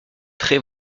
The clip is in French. très